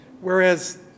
Whereas